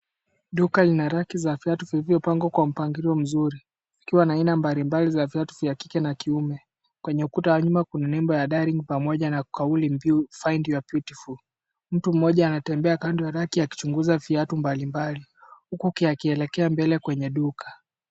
Duka lina raki za viatu vilivyopangwa kwa mpangilio mzuri. Ikiwa na aina mbalimbali za viatu vya kike na kiume. Kwenye ukuta wa nyuma kuna nembo ya darling pamoja na kauli mbiu find your beautiful . Mtu mmoja anatembea kando ya raki akichunguza viatu mbalimbali. Huku akielekea mbele kwenye duka.